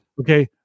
okay